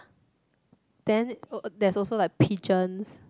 then oh there's also like piegeons